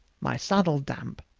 my saddle damp,